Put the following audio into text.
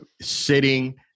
sitting